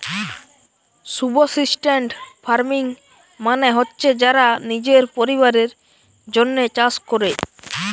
subsistence farming মানে হচ্ছে যারা নিজের পরিবারের জন্যে চাষ কোরে